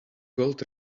gold